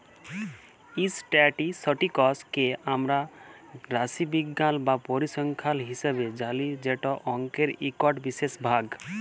statistics কে আমরা রাশিবিজ্ঞাল বা পরিসংখ্যাল হিসাবে জালি যেট অংকের ইকট বিশেষ ভাগ